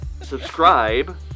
subscribe